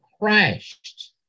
crashed